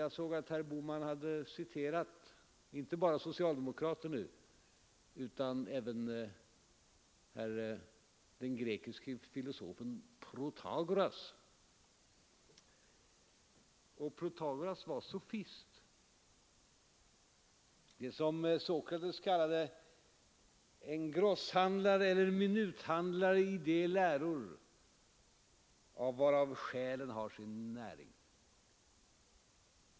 Jag noterar att herr Bohman nu citerade inte bara socialdemokrater utan även den grekiske filosofen Protagoras, och Protagoras var sofist — det som Sokrates kallade en grosshandlare eller en minuthandlare i de läror, varav själen har sin näring.